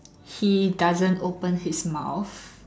he doesn't open his mouth